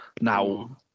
Now